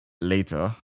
later